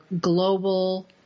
global